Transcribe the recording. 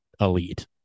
elite